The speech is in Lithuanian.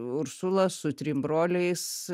ursula su trim broliais